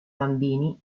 bambini